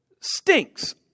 stinks